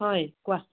হয় কোৱা